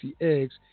eggs